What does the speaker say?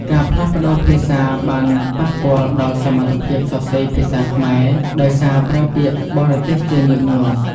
ការផ្លាស់ប្តូរភាសាបានប៉ះពាល់ដល់សមត្ថភាពសរសេរភាសាខ្មែរដោយសារប្រើពាក្យបរទេសជាញឹកញាប់។